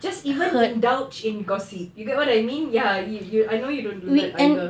just even indulge in gossip you get what I mean ya ya I know you don't do that either